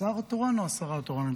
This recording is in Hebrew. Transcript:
השר התורן או השרה התורנית?